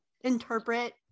interpret